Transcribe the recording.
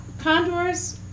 condor's